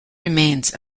remains